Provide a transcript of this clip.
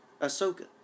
Ahsoka